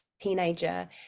teenager